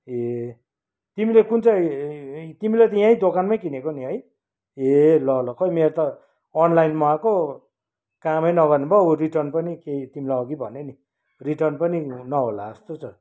ए तिमीले कुन चाहिँ तिमीले त यहीँ दोकानमै किनेको नि है ए ल ल खोइ मेरो त अनलाइनमा आएको कामै नगर्ने भयो उ रिटर्न पनि केही तिमीलाई अघि भनेँ नि रिटर्न पनि नहोला जस्तो छ